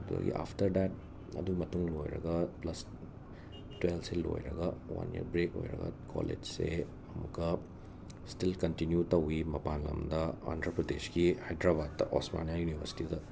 ꯑꯗꯒꯤ after date ꯑꯗꯨ ꯃꯇꯨꯡ ꯂꯣꯏꯔꯒ ꯄ꯭ꯂꯁ ꯇ꯭ꯋꯦꯜꯐꯁꯦ ꯂꯣꯏꯔꯒ ꯋꯥꯟ ꯌꯔ ꯕ꯭ꯔꯦꯛ ꯂꯣꯏꯔꯒ ꯀꯣꯂꯦꯆꯁꯦ ꯑꯃꯨꯛꯀ ꯁ꯭ꯇꯤꯜ ꯀꯟꯇꯤꯅ꯭ꯌꯨ ꯇꯧꯋꯤ ꯃꯄꯥꯟ ꯂꯝꯗ ꯑꯥꯟꯗ꯭ꯔ ꯄ꯭ꯔꯗꯦꯁꯀꯤ ꯍꯥꯏꯗ꯭ꯔꯕꯥꯠꯇ ꯑꯣꯁꯃꯥꯅꯥ ꯌꯨꯅꯤꯕꯁꯤꯇꯤꯗ